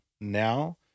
now